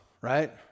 right